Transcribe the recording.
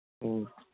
ꯑꯣ